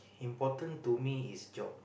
important to me is job